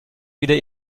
wieder